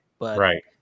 Right